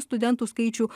studentų skaičių